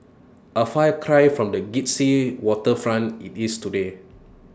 A far cry from the glitzy waterfront IT is today